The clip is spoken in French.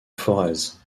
forez